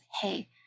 hey